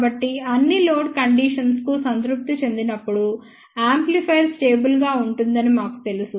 కాబట్టి అన్ని load conditions కు సంతృప్తి చెందినప్పుడు యాంప్లిఫైయర్ స్టేబుల్ గా ఉంటుందని మాకు తెలుసు